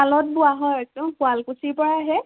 শালত বোৱা হয় একদম শুৱালকুছিৰ পৰা আহে